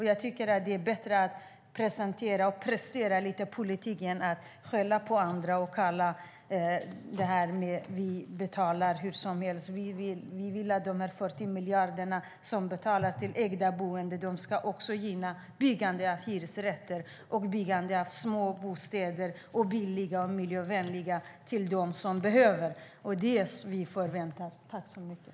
Jag tycker att det är bättre att presentera och prestera lite politik än att skälla på oss och säga att vi vill använda pengar hur som helst. Vi vill att de 40 miljarder som går till ägda boenden även ska gå till byggande av hyresrätter, till små, billiga och miljövänliga bostäder, till dem som behöver bostäder. Det är det som vi förväntar oss.